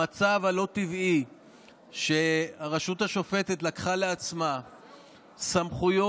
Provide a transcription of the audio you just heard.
המצב הלא-טבעי שהרשות השופטת לקחה לעצמה סמכויות